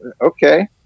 Okay